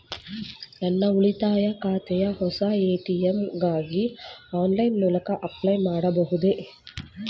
ನನ್ನ ಉಳಿತಾಯ ಖಾತೆಯ ಹೊಸ ಎ.ಟಿ.ಎಂ ಗಾಗಿ ಆನ್ಲೈನ್ ಮೂಲಕ ಅಪ್ಲೈ ಮಾಡಬಹುದೇ?